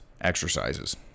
exercises